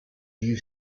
you